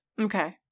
Okay